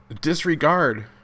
Disregard